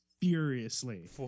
furiously